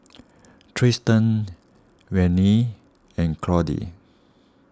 Tristan Vannie and Claude